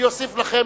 אני אוסיף לכם,